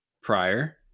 prior